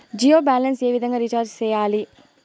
Jio balance ఏ విధంగా recharge సేయాలి?